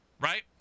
Right